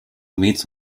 meets